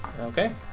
Okay